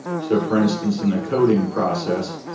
so for instance in the coating process,